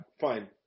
fine